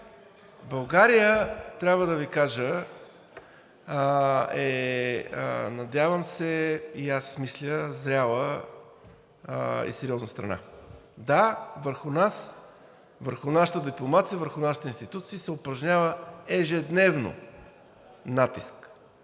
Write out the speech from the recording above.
България, трябва да Ви кажа, надявам се, и аз мисля, е зряла и сериозна страна. Да, върху нас, върху нашата дипломация, върху нашите институции се упражнява ежедневно натиск